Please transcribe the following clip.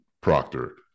Proctor